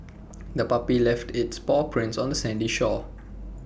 the puppy left its paw prints on the sandy shore